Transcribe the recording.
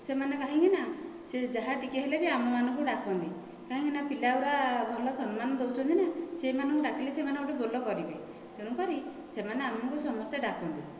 ସେମାନେ କାହିଁକିନା ସେ ଯାହା ଟିକେ ହେଲେ ବି ଆମ ମାନଙ୍କୁ ଡାକନ୍ତି କାହିଁକି ନା ପିଲା ଗୁଡ଼ା ଭଲ ସମ୍ମାନ ଦେଉଛନ୍ତି ନା ସେଇ ମାନଙ୍କୁ ଡାକିଲେ ସେମାନେ ଗୋଟିଏ ବୋଲ କରିବେ ତେଣୁ କରି ସେମାନେ ଆମକୁ ସମସ୍ତେ ଡାକନ୍ତି